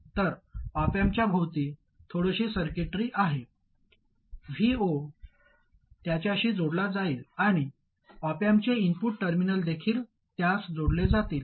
तर ऑप अँपच्या भोवती थोडीशी सर्किटरी आहे Vo त्याच्याशी जोडला जाईल आणि ऑप अँपचे इनपुट टर्मिनल देखील त्यास जोडले जातील